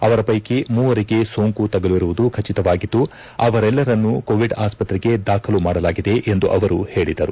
ಅವರ ಪೈಕಿ ಮೂವರಿಗೆ ಸೋಂಕು ತಗುಲಿರುವುದು ಖಚಿತವಾಗಿದ್ದು ಅವರೆಲ್ಲರನ್ನೂ ಕೋವಿಡ್ ಆಸ್ಪತ್ರೆಗೆ ದಾಖಲು ಮಾಡಲಾಗಿದೆ ಎಂದು ಅವರು ಹೇಳಿದರು